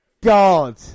god